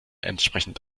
entsprechend